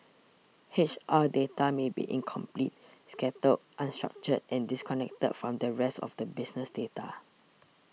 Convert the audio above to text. H R data may be incomplete scattered unstructured and disconnected from the rest of the business data